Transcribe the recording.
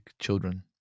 children